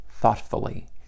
thoughtfully